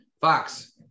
fox